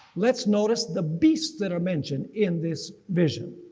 let's notice the beast that are mentioned in this vision.